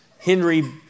Henry